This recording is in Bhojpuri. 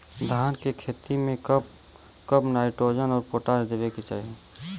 धान के खेती मे कब कब नाइट्रोजन अउर पोटाश देवे के चाही?